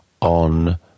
on